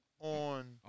on